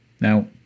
Now